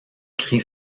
cris